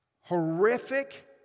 horrific